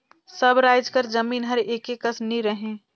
सब राएज कर जमीन हर एके कस नी रहें